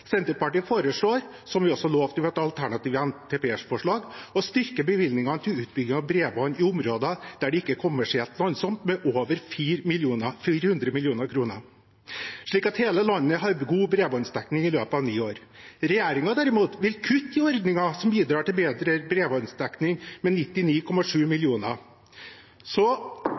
Senterpartiet foreslår – som vi også lovet i vårt alternative NTP-forslag – å styrke bevilgningene til utbygging av bredbånd i områder der det ikke er kommersielt lønnsomt, med over 400 mill. kr, slik at hele landet har god bredbåndsdekning i løpet av ni år. Regjeringen, derimot, vil kutte i ordningen som bidrar til bedre bredbåndsdekning, med 99,7